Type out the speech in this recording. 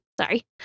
sorry